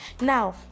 Now